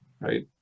right